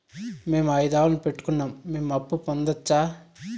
మేము ఐదు ఆవులని పెట్టుకున్నాం, మేము అప్పు పొందొచ్చా